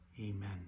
Amen